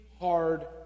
hard